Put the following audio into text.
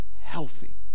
healthy